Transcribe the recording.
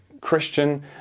Christian